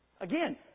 Again